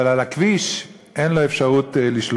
אבל על הכביש אין לו אפשרות לשלוט.